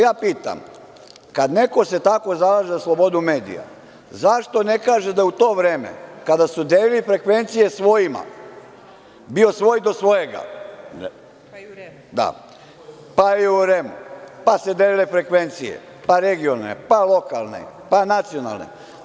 Ja pitam – kada se neko tako zalaže za slobodu medija, zašto ne kaže da u to vreme kada su delili frekvencije svojima, bio svoj do svojega, pa i u REM-u, pa se delile frekvencije, pa regionalne, pa lokalne, pa nacionalne?